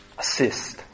assist